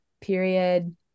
period